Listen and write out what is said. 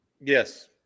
Yes